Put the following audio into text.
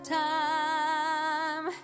time